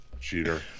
Cheater